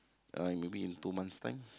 uh maybe in two months' time